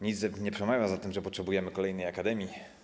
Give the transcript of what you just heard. Nic nie przemawia za tym, że potrzebujemy kolejnej akademii.